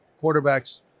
Quarterbacks